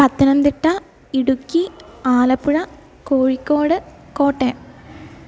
Pathanamthitta Idukki Alappuzha Kozhikode Kottayam